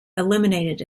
eliminated